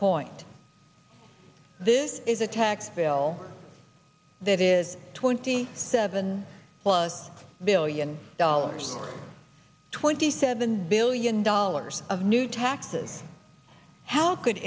point this is a tax bill that is twenty seven plus billion dollars or twenty seven billion dollars of new taxes how could